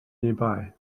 nearby